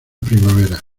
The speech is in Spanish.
primavera